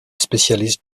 spécialiste